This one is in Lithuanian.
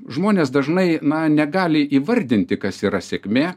žmonės dažnai na negali įvardinti kas yra sėkmė